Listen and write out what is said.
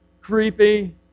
Creepy